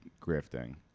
grifting